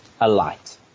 alight